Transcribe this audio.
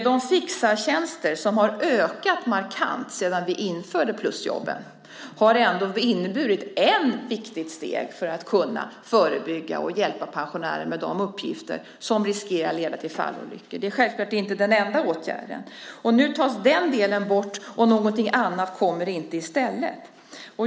De fixartjänster som har ökat markant sedan vi införde plusjobben har ändå inneburit ett viktigt steg att förebygga skador och hjälpa pensionärer med de uppgifter som riskerar att leda till fallolyckor. Det är självklart inte den enda åtgärden. Nu tas det bort, och någonting annat kommer inte i stället.